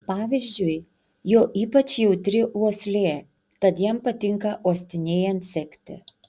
pavyzdžiui jo ypač jautri uoslė tad jam patinka uostinėjant sekti